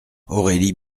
aurélie